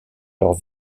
leurs